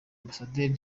ambasaderi